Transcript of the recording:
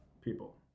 people